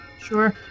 Sure